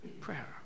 prayer